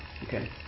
Okay